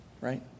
right